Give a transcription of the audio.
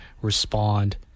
respond